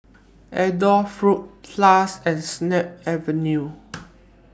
Adore Fruit Plus and Snip Avenue